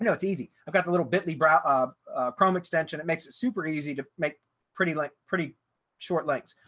you know it's easy. i've got the little bitly browser, um chrome extension, it makes it super easy to make pretty like pretty short links.